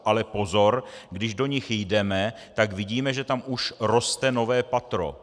Ale pozor když do nich jdeme, tak vidíme, že tam už roste nové patro.